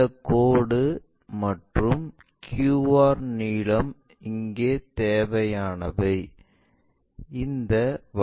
இந்தக்கோடு மற்றும் QR நீளம் இங்கே தேவையானவை